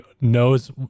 knows